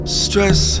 stress